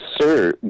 sir